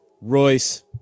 Royce